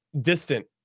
distant